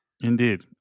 Indeed